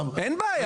אין.